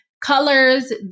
colors